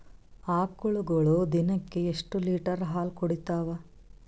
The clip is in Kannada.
ಆಕಳುಗೊಳು ದಿನಕ್ಕ ಎಷ್ಟ ಲೀಟರ್ ಹಾಲ ಕುಡತಾವ?